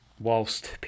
whilst